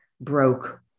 broke